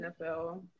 NFL